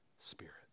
Spirit